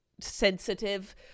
sensitive